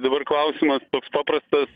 dabar klausimas toks paprastas